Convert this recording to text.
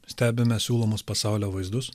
stebime siūlomus pasaulio vaizdus